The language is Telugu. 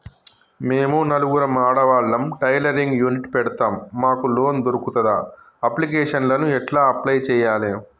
మేము నలుగురం ఆడవాళ్ళం టైలరింగ్ యూనిట్ పెడతం మాకు లోన్ దొర్కుతదా? అప్లికేషన్లను ఎట్ల అప్లయ్ చేయాలే?